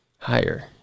Higher